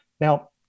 Now